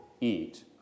eat